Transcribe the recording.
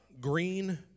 green